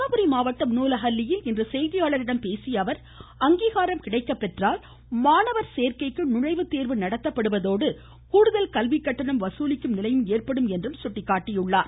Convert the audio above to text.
தர்மபுரி மாவட்டம் நூல ஹள்ளியில் இன்று செய்தியாளர்களிடம் பேசிய அவர் அங்கீகாரம் மாணவர் சேர்க்கைக்கு நுழைவுத்தேர்வு நடத்தப்படுவதோடு கூடுதல் கல்விக்கட்டணம் வசூலிக்கும் நிலையும் ஏற்படும் என்றும் சுட்டிக்காட்டினார்